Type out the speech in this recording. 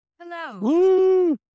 Hello